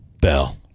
Bell